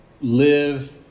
live